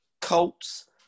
Colts